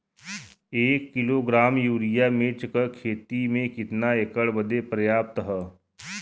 एक kilogram urea मिर्च क खेती में कितना एकड़ बदे पर्याप्त ह?